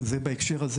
זה בהקשר הזה.